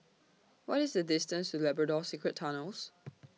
What IS The distance to Labrador Secret Tunnels